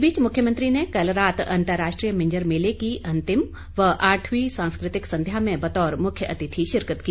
इस बीच मुख्यमंत्री ने कल रात अन्तर्राष्ट्रीय मिंजर मेले की अंतिम व आठवीं सांस्कृतिक संध्या में बतौर मुख्य अतिथि शिरकत की